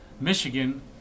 Michigan